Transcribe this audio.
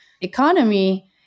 economy